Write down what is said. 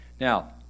Now